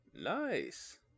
Nice